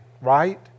right